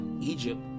Egypt